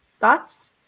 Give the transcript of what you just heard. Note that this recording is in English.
Thoughts